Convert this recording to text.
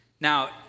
Now